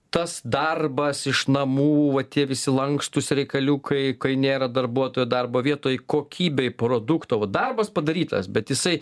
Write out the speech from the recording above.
tas darbas iš namų va tie visi lankstūs reikaliukai kai nėra darbuotojo darbo vietoj kokybei produkto va darbas padarytas bet jisai